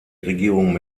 regierung